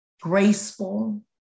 graceful